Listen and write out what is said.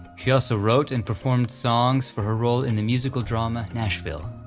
she also wrote and performed songs for her role in the musical drama, nashville.